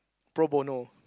pro bono